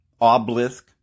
obelisk